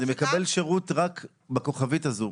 זה מקבל שירות רק בכוכבית הזאת,